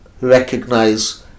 recognize